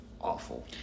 awful